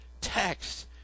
text